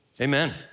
amen